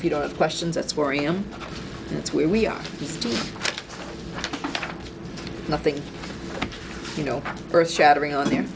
if you don't have questions that's where i am that's where we are just nothing you know earth shattering on the